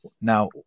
Now